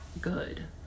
good